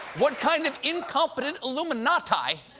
what kind of incompetent illumanati